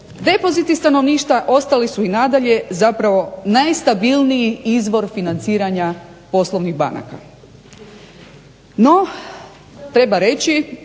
depoziti stanovništva ostali su i dalje zapravo najstabilniji izvor financiranja poslovnih banaka. No treba reći,